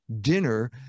dinner